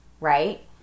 Right